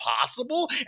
possible